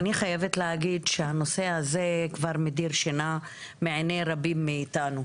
אני חייבת להגיד שהנושא הזה כבר מדיר שינה מעיני רבים מאיתנו,